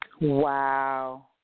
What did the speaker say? Wow